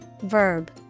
verb